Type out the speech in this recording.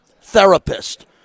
therapist